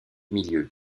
milieu